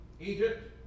Egypt